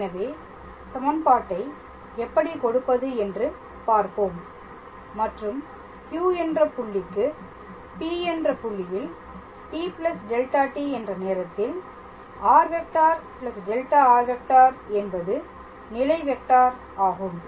எனவே சமன்பாட்டை எப்படி கொடுப்பது என்று பார்ப்போம் மற்றும் Q என்ற புள்ளிக்கு P என்ற புள்ளியில் t δt என்ற நேரத்தில் r⃗ δr⃗ என்பது நிலை வெக்டார் ஆகும்